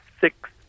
six